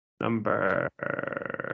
number